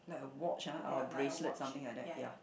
like a watch ah or a bracelet something like that ya